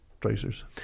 tracers